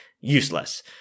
useless